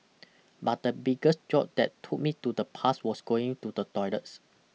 but the biggest jolt that took me to the past was going to the toilets